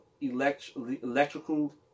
electrical